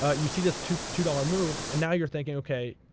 ah you see this two two dollars move, and now you're thinking, ok,